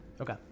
okay